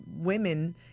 women